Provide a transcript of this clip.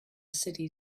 city